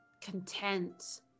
content